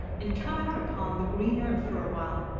and come out upon the green earth for a while,